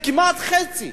זה כמעט חצי.